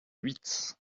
huit